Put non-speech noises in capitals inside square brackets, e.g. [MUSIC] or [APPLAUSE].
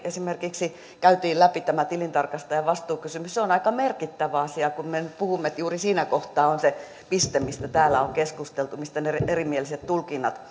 esimerkiksi tämä tilintarkastajan vastuukysymys käytiin juuri läpi niin se on aika merkittävä asia kun me me nyt puhumme että juuri siinä kohtaa on se piste mistä täällä on keskusteltu mistä ne erimieliset tulkinnat [UNINTELLIGIBLE]